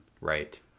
Right